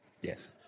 Yes